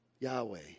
Yahweh